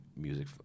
music